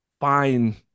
fine